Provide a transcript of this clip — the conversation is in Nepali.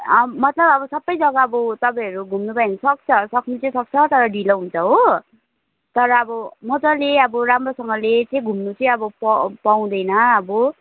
मतलब अब सबै जग्गा अब तपाईँहरू घुम्नु भयो भने सक्छ सक्नु चाहिँ सक्छ तर ढिलो हुन्छ हो तर अब मज्जाले अब राम्रोसँगले चाहिँ घुम्नु चाहिँ अब प पाउँदैन अब